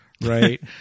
right